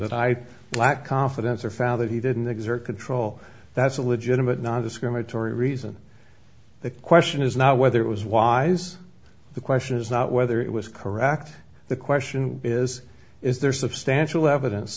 that i lack confidence or found that he didn't exert control that's a legitimate nondiscriminatory reason the question is not whether it was wise the question is not whether it was correct the question is is there substantial evidence